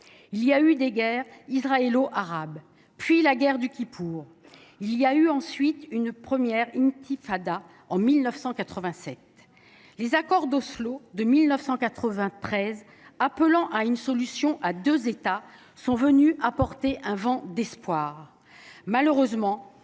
Il y a eu les guerres israélo arabes, notamment la guerre du Kippour. Il y a ensuite eu une première intifada en 1987. Les accords d’Oslo de 1993, appelant à une solution à deux États, ont apporté un vent d’espoir. Malheureusement,